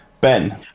Ben